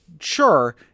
sure